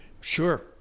Sure